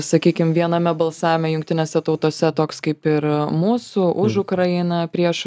sakykim viename balsavime jungtinėse tautose toks kaip ir mūsų už ukrainą prieš